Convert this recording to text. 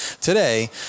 today